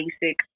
basic